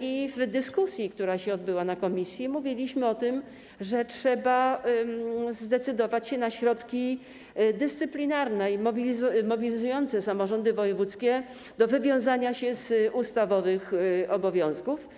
i w dyskusji, która się odbyła w komisji, mówiliśmy o tym, że trzeba zdecydować się na środki dyscyplinarne i mobilizujące samorządy wojewódzkie do wywiązania się z ustawowych obowiązków.